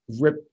rip